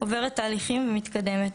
עוברת תהליכים ומתקדמת.